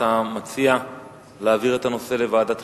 אתה מציע להעביר את הנושא לוועדת החינוך?